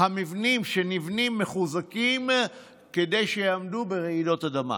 המבנים שנבנים מחוזקים כדי שיעמדו ברעידות אדמה.